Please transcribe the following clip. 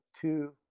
two